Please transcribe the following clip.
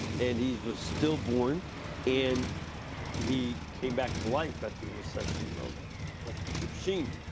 and he was still born and he came back to life at the intercession of archbishop sheen.